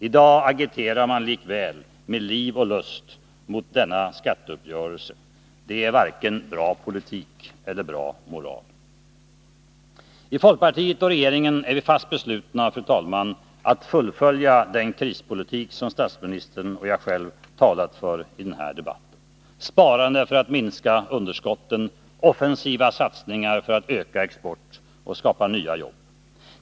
I dag agiterar man likväl med liv och lust mot denna skatteuppgörelse. Det är varken bra politik eller god moral. I folkpartiet och regeringen är vi fast beslutna, fru talman, att fullfölja den krispolitik som statsministern och jag själv talat för i den här debatten: sparande för att minska underskotten, offensiva satsningar för att öka exporten och skapa nya jobb.